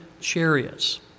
chariots